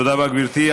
תודה רבה, גברתי.